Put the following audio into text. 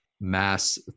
mass